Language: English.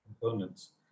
components